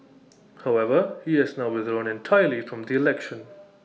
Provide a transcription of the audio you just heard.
however he has now withdrawn entirely from the election